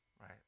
right